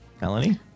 Melanie